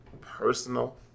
personal